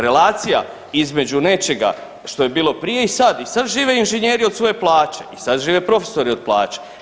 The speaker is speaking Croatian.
Relacija između nečega što je bilo prije i sad i sad žive inženjeri od svoje plaće i sad žive profesori od plaće.